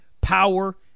power